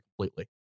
completely